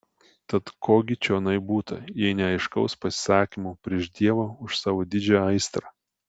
tad ko gi čionai būta jei ne aiškaus pasisakymo prieš dievą už savo didžią aistrą